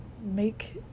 make